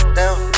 down